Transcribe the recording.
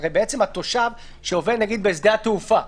הרי התושב שעובד נגיד בשדה התעופה,